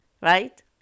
right